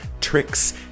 tricks